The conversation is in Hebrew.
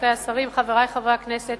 רבותי השרים, חברי חברי הכנסת,